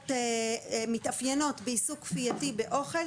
שמתאפיינות בעיסוק כפייתי באוכל,